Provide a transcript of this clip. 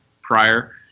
prior